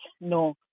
No